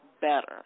better